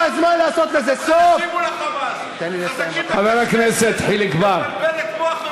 חזקים בקשקשת, בבלבלת מוח ודיבורים.